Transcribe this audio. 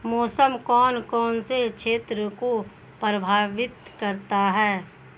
मौसम कौन कौन से क्षेत्रों को प्रभावित करता है?